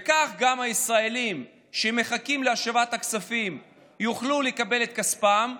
וכך גם הישראלים שמחכים להשבת הכספים יוכלו לקבל את כספם,